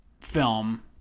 film